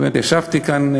באמת ישבתי כאן,